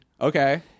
Okay